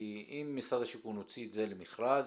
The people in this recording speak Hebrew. כי אם משרד השיכון הוציא את זה למכרז,